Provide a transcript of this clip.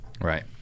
Right